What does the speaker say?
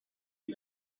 qui